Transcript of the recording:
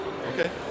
Okay